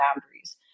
boundaries